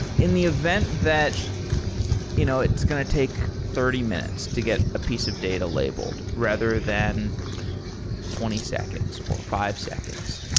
in the event that you know it's going to take thirty minutes to get a piece of data labeled, rather than twenty seconds, or five seconds,